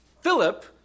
Philip